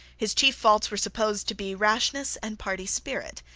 his chief faults were supposed to be rashness and party spirit.